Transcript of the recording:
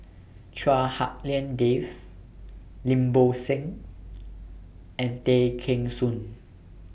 Chua Hak Lien Dave Lim Bo Seng and Tay Kheng Soon